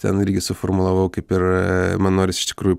ten irgi suformulavau kaip ir man norisi iš tikrųjų